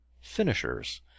finishers